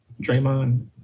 Draymond